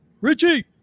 Richie